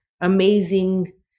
amazing